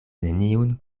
neniun